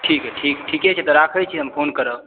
ठीक छै ठीके तऽ राखू राखै छी हम फोन करब